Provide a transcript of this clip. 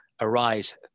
arise